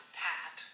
pat